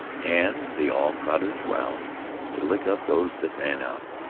and they all crowded around to lick up those that ran out.